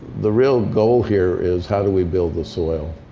the real goal here is how do we build the soil.